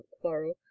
quarrel